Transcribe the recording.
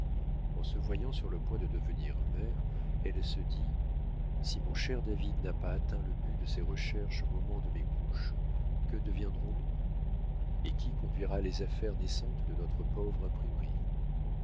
en se voyant sur le point de devenir mère elle se dit si mon cher david n'a pas atteint le but de ses recherches au moment de mes couches que deviendrions-nous et qui conduira les affaires naissantes de notre pauvre imprimerie